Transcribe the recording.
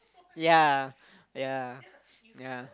ya ya ya